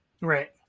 Right